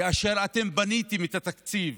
כאשר אתם בניתם את התקציב